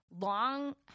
long